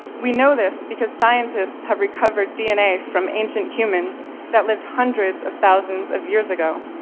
we know this because scientists have recovered dna from ancient humans that lived hundreds of thousands of years ago.